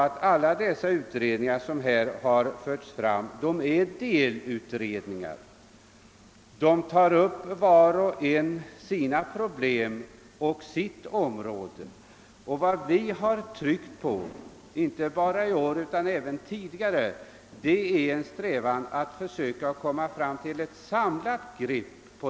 Alla dessa utredningar som här har nämnts tar upp var sitt del problem av detta stora problemområde. Vad vi har tryckt på inte bara i år utan även tidigare är att det behövs ett samlat grepp.